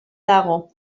dago